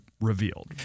revealed